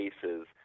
cases